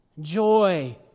joy